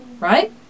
right